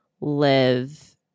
live